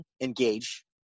engage